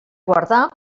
guardar